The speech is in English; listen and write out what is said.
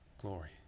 Glory